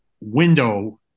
window